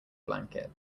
blanket